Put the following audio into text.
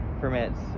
Permits